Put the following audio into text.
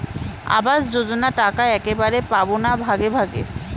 আবাস যোজনা টাকা একবারে পাব না ভাগে ভাগে?